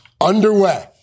underway